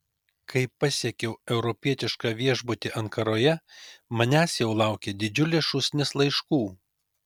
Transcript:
kai pasiekiau europietišką viešbutį ankaroje manęs jau laukė didžiulė šūsnis laiškų